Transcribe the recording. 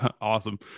Awesome